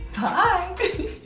Bye